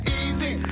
easy